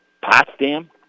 Potsdam